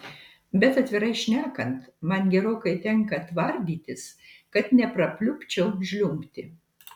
bet atvirai šnekant man gerokai tenka tvardytis kad neprapliupčiau žliumbti